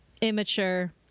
Immature